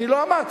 אני לא אמרתי,